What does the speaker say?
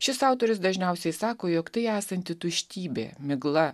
šis autorius dažniausiai sako jog tai esanti tuštybė migla